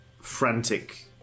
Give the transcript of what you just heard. frantic